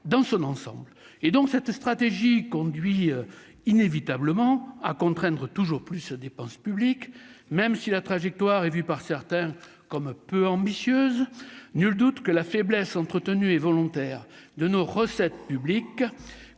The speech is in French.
dans son ensemble et donc cette stratégie conduit inévitablement à contraindre toujours plus la dépense publique, même si la trajectoire est vu par certains comme un peu ambitieuse, nul doute que la faiblesse entretenus et volontaire de nos recettes publiques